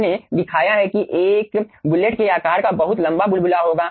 हमने दिखाया है कि यह एक बुलेट के आकार का बहुत लंबा बुलबुला होगा